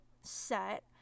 set